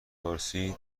پرسید